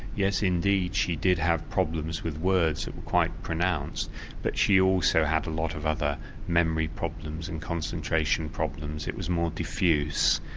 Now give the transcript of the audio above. yes indeed she did have problems with words that were quite pronounced but she also had a lot of other memory problems, and concentration problems it was more diffuse.